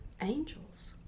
angels